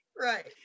right